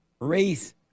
Race